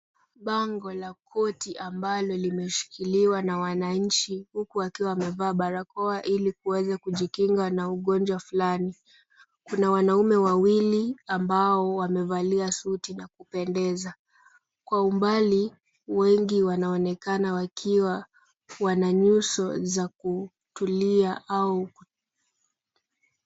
Bango la koti ambalo limeshikiliwa na wananchi huku wakiwa wamevaa barakoa ili kuweza kujikinga na ugonjwa fulani. Kuna wanaume wawili ambao wamevalia suti na kupendeza. Kwa umbali wengi wanaonekana wakiwa wana nyuso za kutulia au.